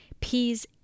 Peas